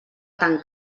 tan